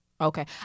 Okay